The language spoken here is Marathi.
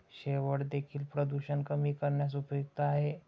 शेवाळं देखील प्रदूषण कमी करण्यास उपयुक्त आहे